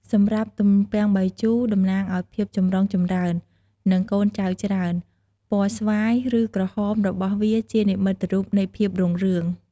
សម្រាប់ទំពាំងបាយជូរតំណាងឱ្យភាពចម្រុងចម្រើន និងកូនចៅច្រើន ពណ៌ស្វាយ ឬក្រហមរបស់វាជានិមិត្តរូបនៃភាពរុងរឿង។